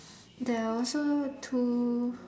there also two